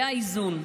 זה האיזון.